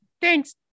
Thanks